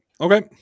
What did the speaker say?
okay